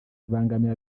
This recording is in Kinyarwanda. bibangamiye